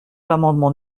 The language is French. l’amendement